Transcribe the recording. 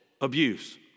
abuse